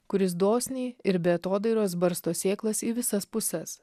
kuris dosniai ir be atodairos barsto sėklas į visas puses